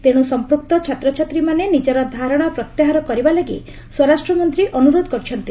ତେଣୁ ସମ୍ପୁକ୍ତ ଛାତ୍ରଛାତ୍ରୀମାନେ ନିଜର ଧାରଣା ପ୍ରତ୍ୟାହାର କରିବାଲାଗି ସ୍ୱରାଷ୍ଟ୍ରମନ୍ତ୍ରୀ ଅନୁରୋଧ କରିଛନ୍ତି